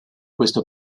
questa